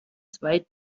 zwei